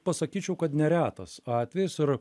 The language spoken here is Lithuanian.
pasakyčiau kad neretas atvejis ir